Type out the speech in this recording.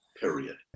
period